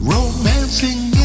Romancing